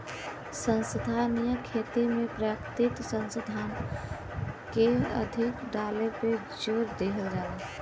संसाधनीय खेती में प्राकृतिक संसाधन के अधिक डाले पे जोर देहल जाला